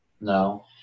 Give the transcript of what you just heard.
No